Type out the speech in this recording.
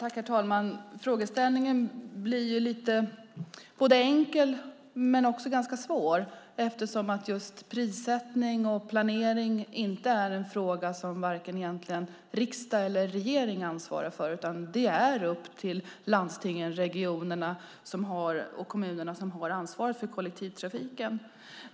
Herr talman! Frågeställningen är både enkel och svår eftersom prissättning och planering är en fråga som varken regering eller riksdag ansvarar för. Det är upp till regionerna, landstingen och kommunerna som har ansvar för kollektivtrafiken.